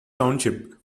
township